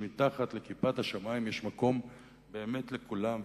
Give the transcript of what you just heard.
שמתחת לכיפת השמים יש מקום באמת לכולם.